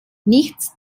nichts